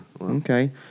Okay